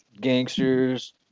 gangsters